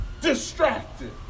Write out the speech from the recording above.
distracted